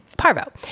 parvo